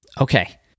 Okay